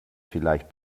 vielleicht